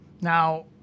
Now